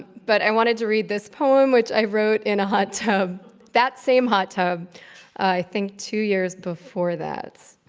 but i wanted to read this poem, which i wrote in a hot tub that same hot tub i think, two years before that.